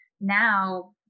now